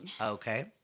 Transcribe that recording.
Okay